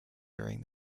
during